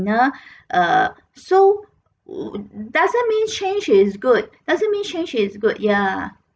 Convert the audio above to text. err so doesn't mean change is good doesn't mean change is good ya